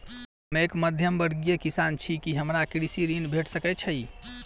हम एक मध्यमवर्गीय किसान छी, की हमरा कृषि ऋण भेट सकय छई?